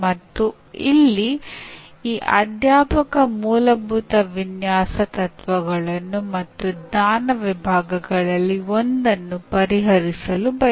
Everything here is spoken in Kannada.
ಉದಾಹರಣೆಗೆ ಉನ್ನತ ಕ್ರಮಾಂಕದ ಕಲಿಕೆಯ ಕೌಶಲ್ಯಗಳನ್ನು ಪರೀಕ್ಷಿಸುವ ಪ್ರೊಬ್ಲೆಂ ಸೊಳ್ವಿಂಗ್ ಅನ್ನು ಪರಿಗಣಿಸೋಣ